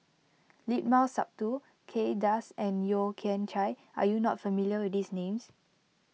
Limat Sabtu Kay Das and Yeo Kian Chye are you not familiar with these names